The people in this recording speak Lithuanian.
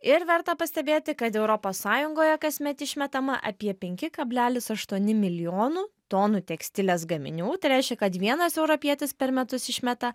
ir verta pastebėti kad europos sąjungoje kasmet išmetama apie penki kablelis aštuoni milijonų tonų tekstilės gaminių tai reiškia kad vienas europietis per metus išmeta